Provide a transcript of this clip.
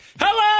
hello